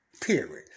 Period